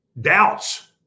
doubts